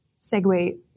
segue